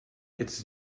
it’s